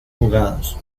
jugados